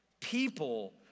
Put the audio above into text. People